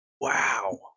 Wow